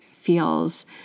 feels